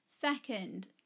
Second